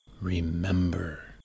Remember